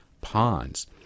ponds